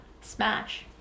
Smash